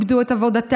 איבדו את עבודתם,